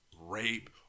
rape